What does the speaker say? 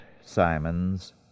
Simon's